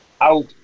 out